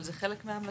אבל זה חלק מההמלצות,